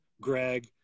Greg